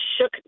shook